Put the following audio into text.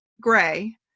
gray